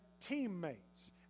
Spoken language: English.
teammates